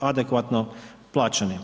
adekvatno plaćeni.